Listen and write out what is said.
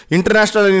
International